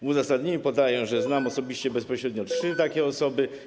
W uzasadnieniu podaję, że znam osobiście, bezpośrednio trzy takie osoby.